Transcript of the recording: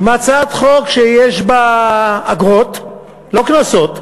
עם הצעת חוק שיש בה אגרות, לא קנסות,